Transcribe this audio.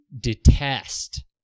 detest